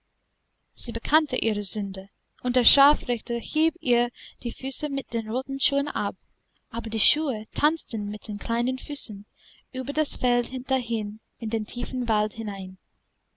sie bekannte ihre sünde und der scharfrichter hieb ihr die füße mit den roten schuhen ab aber die schuhe tanzten mit den kleinen füßen über das feld dahin in den tiefen wald hinein